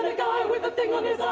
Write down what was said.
and guy with the thing on his eye,